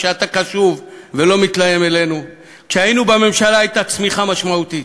כשאתה קשוב ולא מתלהם עלינו: כשהיינו בממשלה הייתה צמיחה משמעותית.